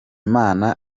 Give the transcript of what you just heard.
mana